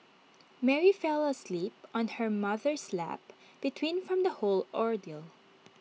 Mary fell asleep on her mother's lap between from the whole ordeal